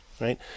right